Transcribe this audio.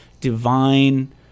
divine